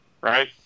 right